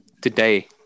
Today